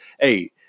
hey